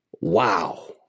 wow